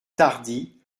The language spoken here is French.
tardy